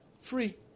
Free